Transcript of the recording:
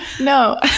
No